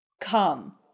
Come